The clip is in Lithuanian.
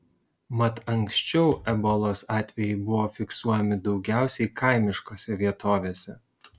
mat anksčiau ebolos atvejai buvo fiksuojami daugiausiai kaimiškose vietovėse